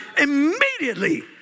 immediately